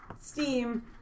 steam